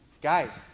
Guys